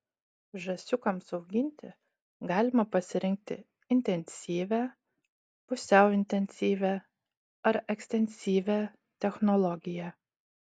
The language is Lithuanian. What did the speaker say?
žąsiukams auginti galima pasirinkti intensyvią pusiau intensyvią ar ekstensyvią technologiją